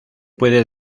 puede